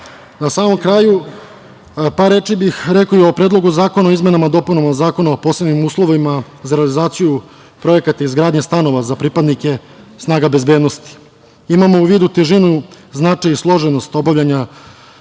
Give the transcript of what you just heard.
samom kraju, par reči bih rekao i o Predlogu zakona o izmenama i dopunama Zakona o posebnim uslovima za realizaciju projekta „Izgradnje stanova za pripadnike snaga bezbednosti“. Imamo u vidu težinu, značaj i složenost obavljanja